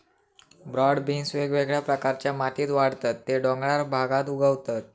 broad beans वेगवेगळ्या प्रकारच्या मातीत वाढतत ते डोंगराळ भागात उगवतत